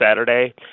Saturday